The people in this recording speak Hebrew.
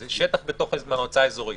זה שטח בתוך מועצה אזורית.